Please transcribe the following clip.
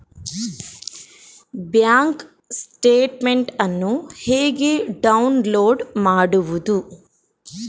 Bank statement ಅನ್ನು ಹೇಗೆ download ಮಾಡುವುದು?